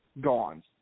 gone